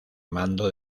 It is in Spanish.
mando